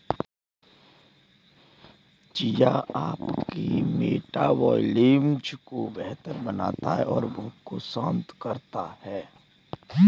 chia आपके metabolism को बेहतर बनाता है और भूख को शांत करता है